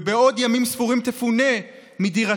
ובעוד ימים ספורים תפונה מדירתה?